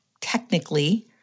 technically